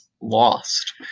lost